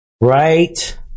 Right